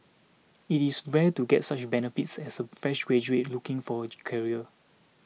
it is rare to get such benefits as a fresh graduate looking for a career